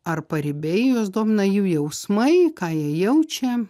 ar paribiai juos domina jų jausmai ką jie jaučia